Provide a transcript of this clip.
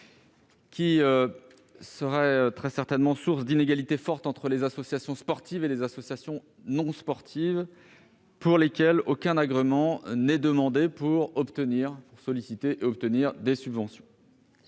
qui pourrait très certainement créer de fortes inégalités entre les associations sportives et les associations non sportives auxquelles aucun agrément n'est demandé pour solliciter et obtenir des subventions.